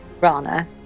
Rana